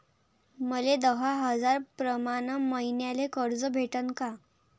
मले दहा हजार प्रमाण मईन्याले कर्ज भेटन का?